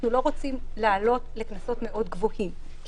אנחנו לא רוצים להעלות לקנסות גבוהים מאוד